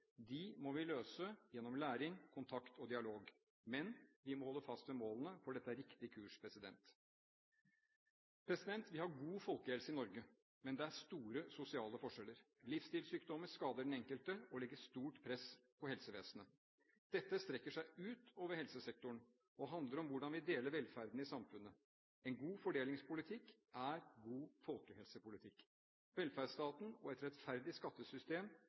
må vi løse gjennom læring, kontakt og dialog. Men vi må holde fast ved målene, for dette er riktig kurs. Vi har god folkehelse i Norge. Men det er store sosiale forskjeller. Livsstilsykdommer skader den enkelte og legger stort press på helsevesenet. Dette strekker seg ut over helsesektoren og handler om hvordan vi deler velferden i samfunnet. En god fordelingspolitikk er god folkehelsepolitikk. Velferdsstaten og et rettferdig skattesystem